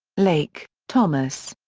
lake, thomas.